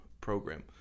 program